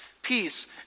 Peace